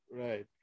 Right